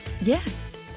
Yes